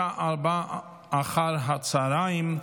התקבלה בקריאה השנייה והשלישית,